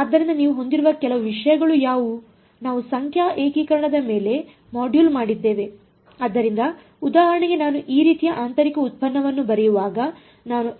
ಆದ್ದರಿಂದ ನೀವು ಹೊಂದಿರುವ ಕೆಲವು ವಿಷಯಗಳು ಯಾವುವು ನಾವು ಸಂಖ್ಯಾ ಏಕೀಕರಣದ ಮೇಲೆ ಮಾಡ್ಯೂಲ್ ಮಾಡಿದ್ದೇವೆ ಆದ್ದರಿಂದ ಉದಾಹರಣೆಗೆ ನಾನು ಈ ರೀತಿಯ ಆಂತರಿಕ ಉತ್ಪನ್ನವನ್ನು ಬರೆಯುವಾಗ ನಾನು